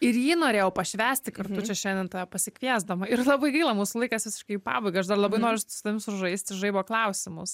ir jį norėjau pašvęsti kartu čia šiandien tave pasikviesdama ir labai gaila mūsų laikas visiškai į pabaigą aš dar labai noriu su tavim sužaisti žaibo klausimus